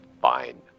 Fine